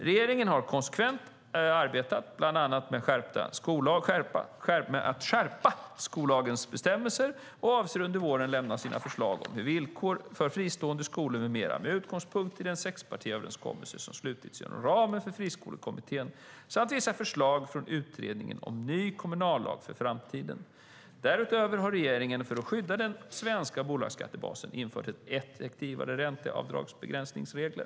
Regeringen har konsekvent arbetat bland annat med att skärpa skollagens bestämmelser och avser under våren att lämna sina förslag om villkor för fristående skolor med mera, med utgångspunkt i den sexpartiöverenskommelse som slutits inom ramen för Friskolekommittén samt vissa förslag från utredningen om en ny kommunallag för framtiden. Därutöver har regeringen, för att skydda den svenska bolagsskattebasen, infört effektivare ränteavdragsbegränsningsregler.